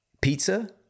pizza